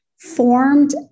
formed